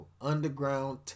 Underground